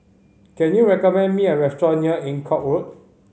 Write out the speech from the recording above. can you recommend me a restaurant near Eng Kong Road